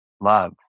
love